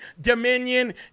Dominion